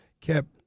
kept